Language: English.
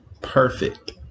perfect